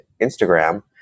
Instagram